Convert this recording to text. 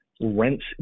rents